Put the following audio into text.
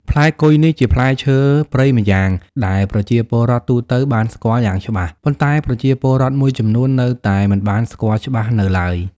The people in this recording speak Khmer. ផ្លែគុយនេះ ជាផ្លែឈើព្រៃម្យ៉ាង ដែលប្រជាពលរដ្ឋទូទៅបានស្គាល់យ៉ាងច្បាស់ ប៉ុន្តែប្រជាពលរដ្ឋមួយចំនួននៅតែមិនបានស្គាល់ច្បាស់នៅឡើយ។